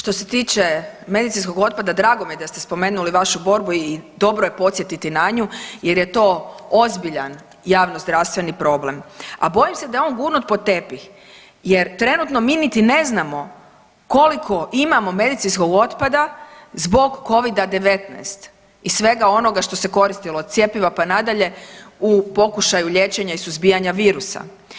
Što se tiče medicinskog otpada drago mi je da ste spomenuli vašu borbu i dobro je podsjetiti na nju, jer je to ozbiljan javno-zdravstveni problem a bojim se da je on gurnut pod tepih, jer trenutno mi niti ne znamo koliko imamo medicinskog otpada zbog covida-19 i svega onoga što se koristilo od cjepiva pa nadalje u pokušaju liječenja i suzbijanja virusa.